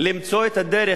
למצוא את הדרך,